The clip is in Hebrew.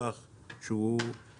אני לא חושב שעכשיו נגמור את הניסוחים,